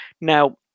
Now